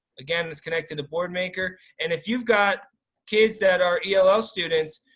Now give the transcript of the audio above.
again it's connected to board maker. and if you've got kids that are elo students,